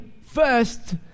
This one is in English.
first